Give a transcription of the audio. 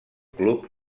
club